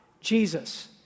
Jesus